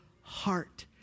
heart